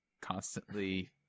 constantly